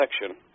section